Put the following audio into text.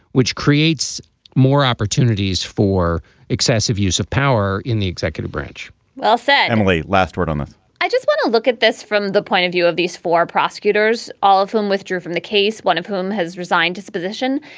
which creates more opportunities for excessive use of power in the executive branch well said. emily, last word on this i just want to look at this from the point of view of these four prosecutors, all of whom withdrew from the case, one of whom has resigned his position.